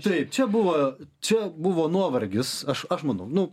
taip čia buvo čia buvo nuovargis aš aš manau nu